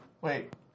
Wait